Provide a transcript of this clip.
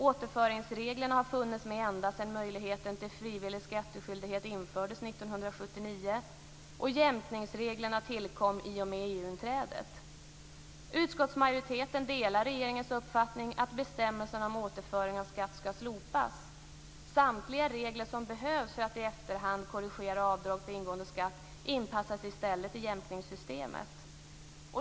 Återföringsreglerna har funnits med ända sedan möjligheten till frivillig skattskyldighet infördes Utskottsmajoriteten delar regeringens uppfattning att bestämmelserna om återföring av skatt ska slopas. Samtliga regler som behövs för att i efterhand korrigera avdrag för ingående skatt inpassas i stället i jämkningssystemet.